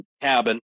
cabin